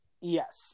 Yes